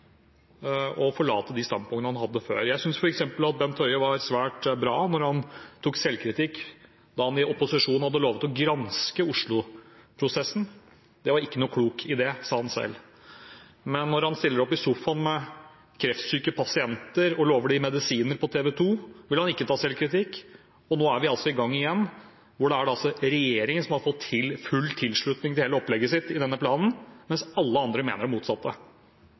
og forlate de standpunktene han hadde før. Jeg synes f.eks. at Bent Høie var svært bra da han tok selvkritikk da han i opposisjon hadde lovet å granske Oslo-prosessen. Det var ikke noen klok idé, sa han selv. Men når han stiller opp i sofaen på TV 2 med kreftsyke pasienter og lover dem medisiner, vil han ikke ta selvkritikk. Nå er vi i gang igjen, og regjeringen har fått full tilslutning til hele opplegget sitt i denne planen – mens alle andre mener det motsatte.